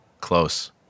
close